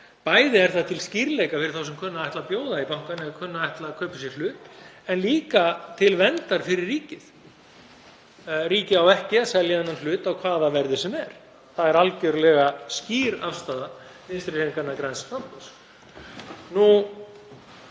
Bæði er það til skýrleika fyrir þá sem kunna að ætla að bjóða í bankann eða kunna að ætla að kaupa sér hlut en líka til verndar fyrir ríkið. Ríkið á ekki að selja þennan hlut á hvaða verði sem er, það er algerlega skýr afstaða Vinstrihreyfingarinnar – græns framboðs.